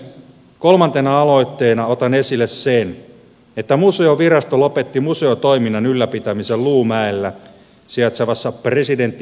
kolmantena aloitteena otan esille sen että museovirasto lopetti museotoiminnan ylläpitämisen luumäellä sijaitsevassa presidentti p